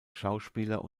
schauspieler